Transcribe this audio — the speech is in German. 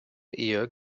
ehe